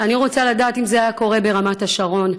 אני רוצה לדעת אם זה היה קורה ברמת השרון,